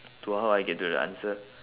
to how I get to the answer